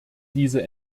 diese